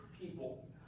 people